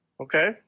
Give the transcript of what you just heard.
Okay